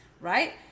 right